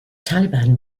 taliban